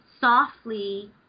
softly